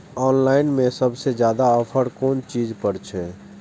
Online में सबसे ज्यादा ऑफर कोन चीज पर छे?